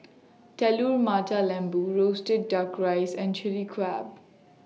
Telur Mata Lembu Roasted Duck Rice and Chilli Crab